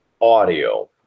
audio